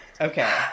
Okay